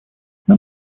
нам